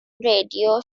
radio